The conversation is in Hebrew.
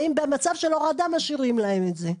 במצב של הורדה משאירים להם את זה.